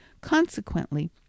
Consequently